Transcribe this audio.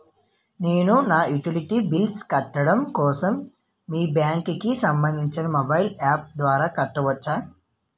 నేను నా utility bills కట్టడం కోసం మీ బ్యాంక్ కి సంబందించిన మొబైల్ అప్స్ ద్వారా కట్టవచ్చా?